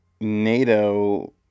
NATO